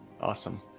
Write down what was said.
awesome